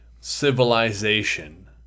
civilization